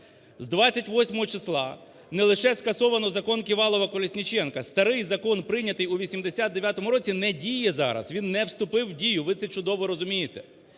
З 28-го числа не лише скасовано "закон Ківалова-Колесніченка", старий закон, прийнятий у 1989 році, не діє зараз, він не вступив в дію, ви це чудово розумієте.